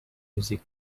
music